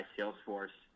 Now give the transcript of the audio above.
Salesforce